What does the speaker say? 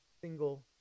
single